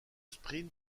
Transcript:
sprint